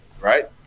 right